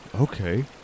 okay